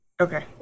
Okay